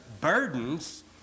burdens